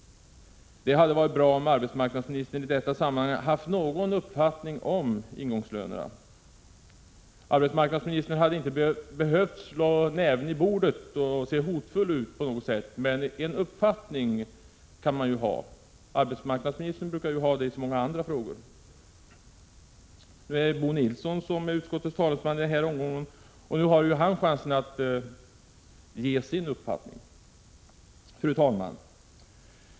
Det hade varit bra om arbetsmarknadsministern i detta sammanhang haft någon uppfattning om ingångslönerna. Arbetsmarknadsministern hade inte behövt slå näven i bordet och se hotfull ut, men en uppfattning kan man ju ha. Arbetsmarknadsministern brukar ha en uppfattning i så många andra frågor. Nu är Bo Nilsson utskottets talesman i den här omgången och han har nu chansen att uttrycka sin uppfattning. Fru talman!